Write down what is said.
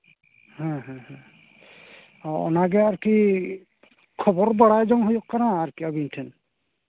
ᱦᱮᱸ ᱦᱮᱸ ᱦᱮᱸ ᱚᱱᱟᱜᱮ ᱟᱨᱠᱤ ᱠᱷᱚᱵᱚᱨ ᱵᱟᱲᱟᱭ ᱡᱚᱝ ᱦᱩᱭᱩᱜ ᱠᱟᱱᱟ ᱟᱹᱵᱤᱱ ᱴᱷᱮᱱ